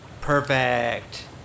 Perfect